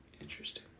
Interesting